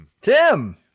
Tim